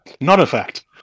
not-a-fact